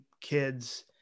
kids